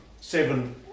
seven